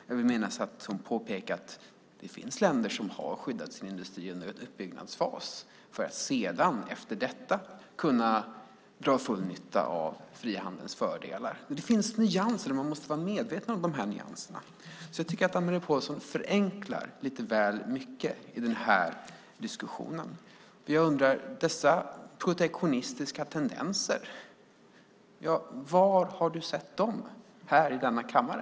Jag vill minnas att hon påpekade att det finns länder som har skyddat sin industri under en uppbyggnadsfas för att sedan efter detta kunna dra full nytta av frihandelns fördelar. Det finns nyanser, och man måste vara medveten om nyanserna. Jag tycker att Anne-Marie Pålsson förenklar lite väl mycket i den här diskussionen. Var har du sett dessa protektionistiska tendenser i denna kammare?